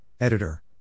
Editor